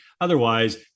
Otherwise